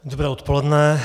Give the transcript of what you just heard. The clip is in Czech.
Dobré odpoledne.